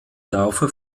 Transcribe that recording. dafür